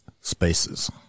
spaces